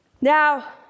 Now